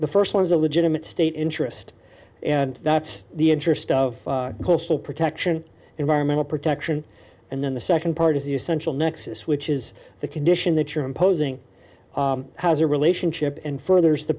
the first one is a legitimate state interest and that's the interest of coastal protection environmental protection and then the second part is the essential nexus which is the condition that you're imposing has a relationship and furthers the